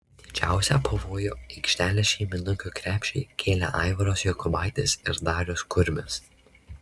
didžiausią pavojų aikštelės šeimininkų krepšiui kėlė aivaras jokubaitis ir darius kurmis